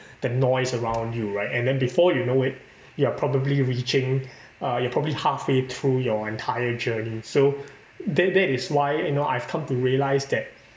the noise around you right and then before you know it you're probably reaching uh you're probably halfway through your entire journey so that that is why you know I've come to realise that